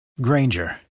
Granger